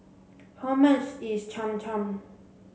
how much is Cham Cham